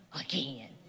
again